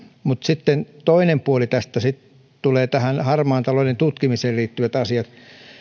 mutta sitten toinen puoli mitä tulee tähän harmaan talouden tutkimiseen liittyvät asiat